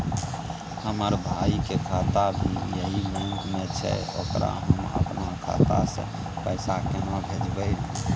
हमर भाई के खाता भी यही बैंक में छै ओकरा हम अपन खाता से पैसा केना भेजबै?